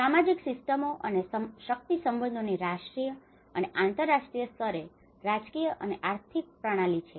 સામાજિક સિસ્ટમો અને શક્તિ સંબંધોની રાષ્ટ્રીય અને આંતરરાષ્ટ્રીય સ્તરે રાજકીય અને આર્થિક પ્રણાલીઓ છે